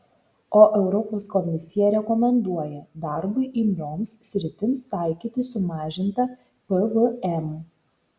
o europos komisija rekomenduoja darbui imlioms sritims taikyti sumažintą pvm